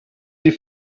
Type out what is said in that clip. die